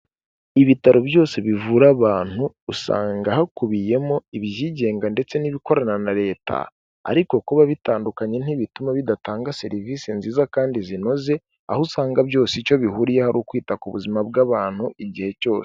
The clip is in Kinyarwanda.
Ibitaro byose bivura abantu usanga hakubiyemo ibyigenga ndetse n'ibikorana na Leta, ariko kuba bitandukanye ntibituma bidatanga serivise nziza kandi zinoze, aho usanga byose icyo bihuriyeho ari ukwita ku buzima bw'abantu igihe cyose.